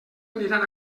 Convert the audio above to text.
aniran